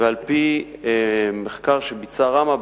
ועל-פי מחקר שביצע ראמ"ה,